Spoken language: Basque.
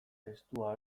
testua